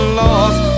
lost